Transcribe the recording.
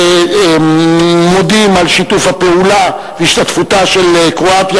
ומודים על שיתוף הפעולה והשתתפותה של קרואטיה